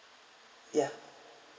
ya